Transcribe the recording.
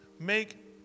make